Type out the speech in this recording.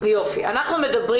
אנחנו מדברים